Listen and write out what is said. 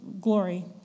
glory